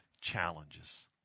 challenges